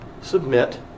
submit